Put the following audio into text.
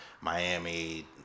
Miami